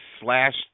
slashed